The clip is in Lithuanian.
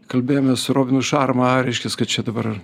kalbėjomės su robinu šarma reiškias kad čia dabar